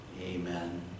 Amen